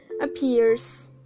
appears